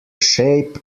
shape